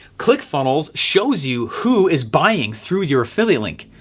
clickfunnels shows you, who is buying through your affiliate link.